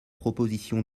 proposition